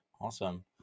Awesome